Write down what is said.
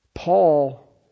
Paul